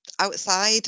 outside